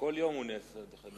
כל יום הוא נס, דרך אגב.